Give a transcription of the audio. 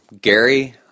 Gary